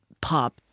pop